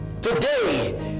today